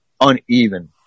uneven